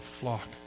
flock